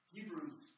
Hebrews